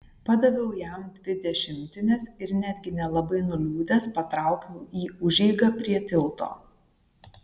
padaviau jam dvi dešimtines ir netgi nelabai nuliūdęs patraukiau į užeigą prie tilto